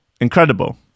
Incredible